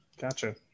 Gotcha